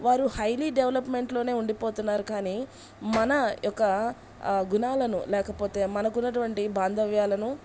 వారు హైలీ డెవలప్మెంట్లోనే ఉండిపోతున్నారు కానీ మన యొక్క గుణాలను లేకపోతే మనకున్నటువంటి బాంధవ్యాలను